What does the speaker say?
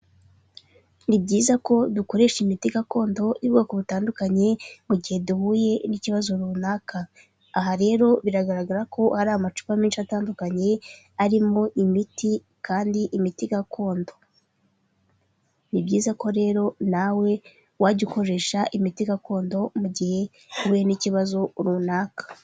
Ni byiza ko dukoresha imiti gakondo ubwoko butandukanye mu gihe duhuye n'ikibazo runaka, aha rero biragaragara ko hari amacupa menshi atandukanye arimo; imiti kandi imiti gakondo ni byiza rero nawe wajya ukoresha imiti gakondo mu gihe uhuye n'ikibazo runaka.